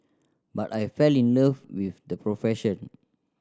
but I fell in love with the profession